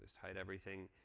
tied everything,